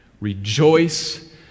Rejoice